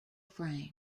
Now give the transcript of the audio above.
frame